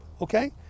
okay